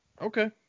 okay